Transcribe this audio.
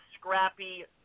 scrappy